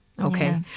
Okay